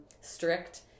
strict